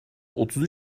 otuz